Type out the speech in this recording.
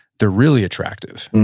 they're really attractive,